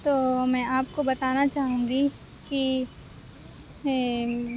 تو میں آپ کو بتانا چاہوں گی کہ